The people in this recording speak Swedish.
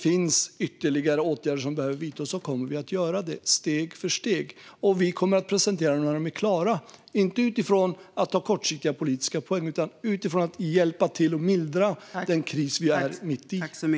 Om ytterligare åtgärder behöver vidtas kommer vi att göra det steg för steg, och vi kommer att presentera dem när de är klara och inte utifrån kortsiktiga politiska poänger. Åtgärderna ska hjälpa till att mildra den kris vi är mitt i.